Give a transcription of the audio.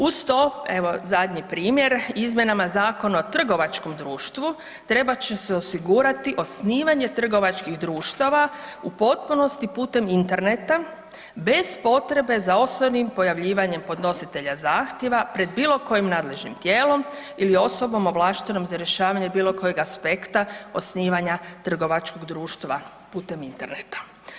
Uz to evo zadnji primjer, izmjenama Zakona o trgovačkom društvu trebat će se osigurati osnivanje trgovačkih društava u potpunosti putem interneta bez potrebe za osobnim pojavljivanjem podnositelja zahtjeva pred bilo kojim nadležnim tijelom ili osobom ovlaštenom za rješavanje bilo kojeg aspekta osnivanja trgovačkog društva putem interneta.